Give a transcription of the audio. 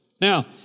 Now